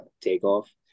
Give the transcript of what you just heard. Takeoff